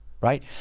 right